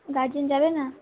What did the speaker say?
guardian যাবে না